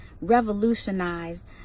revolutionized